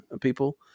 people